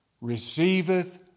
receiveth